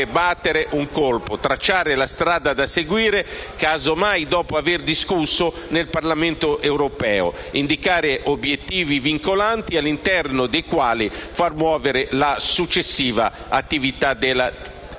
battere un colpo, tracciare la strada da seguire, casomai dopo averne discusso nel Parlamento europeo, indicare obiettivi vincolanti, all'interno dei quali far muovere la successiva attività della